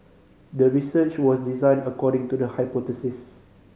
the research was designed according to the hypothesis